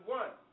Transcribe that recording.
one